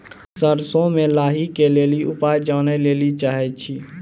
सरसों मे लाही के ली उपाय जाने लैली चाहे छी?